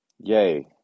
Yay